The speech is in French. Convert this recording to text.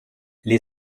les